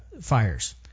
Fires